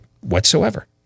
whatsoever